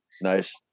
Nice